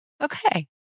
Okay